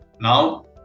Now